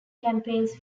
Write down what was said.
campaigns